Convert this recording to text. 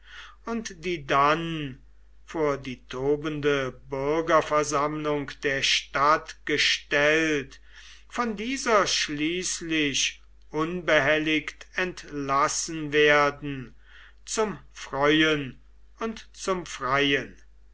und die dann vor die tobende bürgerversammlung der stadt gestellt von dieser schließlich unbehelligt entlassen werden zum freuen und zum freien